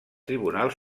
tribunal